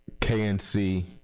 KNC